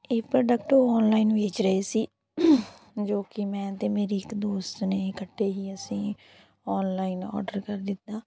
ਇਹ ਪ੍ਰੋਡਕਟ ਉਹ ਔਨਲਾਈਨ ਵੇਚ ਰਹੇ ਸੀ ਜੋ ਕਿ ਮੈਂ ਅਤੇ ਮੇਰੀ ਇੱਕ ਦੋਸਤ ਨੇ ਇਕੱਠੇ ਹੀ ਅਸੀਂ ਔਨਲਾਈਨ ਔਡਰ ਕਰ ਦਿੱਤਾ